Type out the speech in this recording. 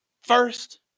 first